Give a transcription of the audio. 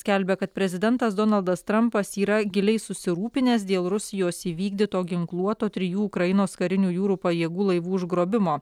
skelbia kad prezidentas donaldas trampas yra giliai susirūpinęs dėl rusijos įvykdyto ginkluoto trijų ukrainos karinių jūrų pajėgų laivų užgrobimo